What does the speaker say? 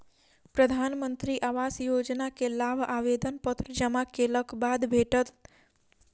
प्रधानमंत्री आवास योजना के लाभ आवेदन पत्र जमा केलक बाद भेटत